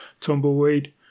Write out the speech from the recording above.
Tumbleweed